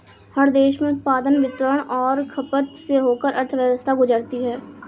हर देश में उत्पादन वितरण और खपत से होकर अर्थव्यवस्था गुजरती है